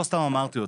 לא סתם אמרתי אותו.